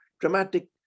dramatic